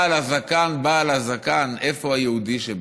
בעל הזקן, בעל הזקן, איפה היהודי שבך?